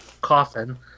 coffin